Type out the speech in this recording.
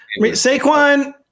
Saquon